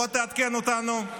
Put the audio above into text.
בוא תעדכן אותנו.